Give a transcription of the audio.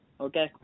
okay